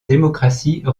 démocratie